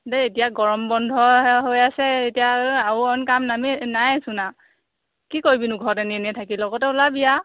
দেই এতিয়া গৰম বন্ধহে হৈ আছে এতিয়া আৰু অইন কাম নাইয়েচোন আৰু কি কৰিবিনো ঘৰত এনেই এনেই থাকি লগতে ওলাবি আৰু